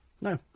no